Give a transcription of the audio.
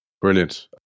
Brilliant